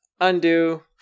undo